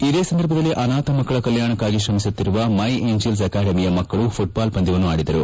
ಇದೇ ಸಂದರ್ಭದಲ್ಲಿ ಅನಾಥ ಮಕ್ಕಳ ಕಲ್ಯಾಣಕಾಗಿ ಶ್ರಮಿಸುತ್ತಿರುವ ಮೈ ಏಂಜೆಲ್ಲ್ ಅಕಾಡೆಮಿಯ ಮಕ್ಕಳು ಘುಟ್ದಾಲ್ ಪಂದ್ಯವನ್ನು ಆಡಿದರು